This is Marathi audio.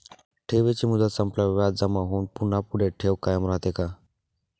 ठेवीची मुदत संपल्यावर व्याज जमा होऊन पुन्हा पुढे ठेव कायम राहते का?